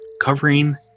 covering